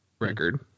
record